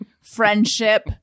friendship